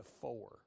four